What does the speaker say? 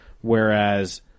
whereas